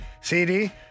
CD